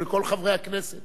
ולכל חברי הכנסת